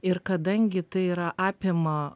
ir kadangi tai yra apima